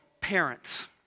parents